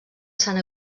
sant